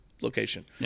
location